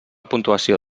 puntuació